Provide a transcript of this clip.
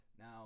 Now